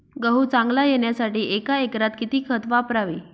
गहू चांगला येण्यासाठी एका एकरात किती खत वापरावे?